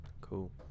Cool